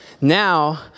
Now